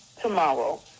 tomorrow